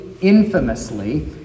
infamously